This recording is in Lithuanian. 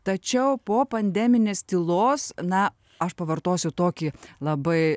tačiau po pandeminės tylos na aš pavartosiu tokį labai